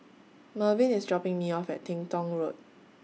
Mervin IS dropping Me off At Teng Tong Road